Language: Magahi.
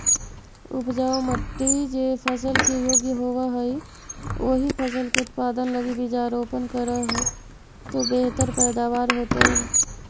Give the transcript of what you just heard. उपजाऊ मट्टी जे फसल के योग्य होवऽ हई, ओही फसल के उत्पादन लगी बीजारोपण करऽ तो बेहतर पैदावार होतइ